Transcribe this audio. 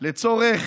לצורך,